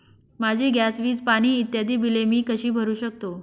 माझी गॅस, वीज, पाणी इत्यादि बिले मी कशी भरु शकतो?